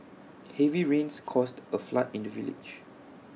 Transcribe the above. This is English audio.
heavy rains caused A flood in the village